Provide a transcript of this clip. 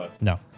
no